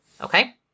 Okay